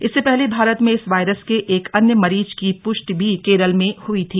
इससे पहले भारत में इस वायरस के एक अन्य मरीज की पृष्टि भी केरल में हई थी